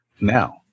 now